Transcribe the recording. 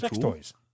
toys